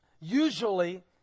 usually